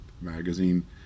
magazine